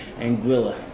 Anguilla